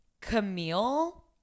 Camille